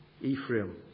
Ephraim